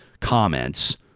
comments